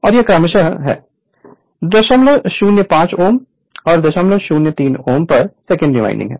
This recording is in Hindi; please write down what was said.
और वे क्रमशः 005 Ω और 003Ω पर सेकेंडरी वाइंडिंग हैं